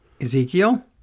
Ezekiel